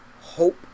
hope